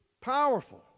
Powerful